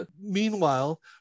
meanwhile